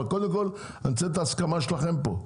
אבל קודם כל אני רוצה את ההסכמה שלכם פה,